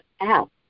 out